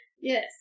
Yes